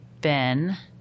Ben